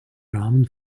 rahmen